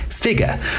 figure